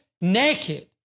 naked